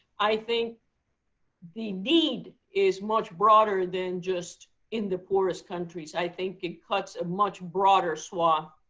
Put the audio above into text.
i think the need is much broader than just in the poorest countries. i think it cuts a much broader swath